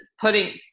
putting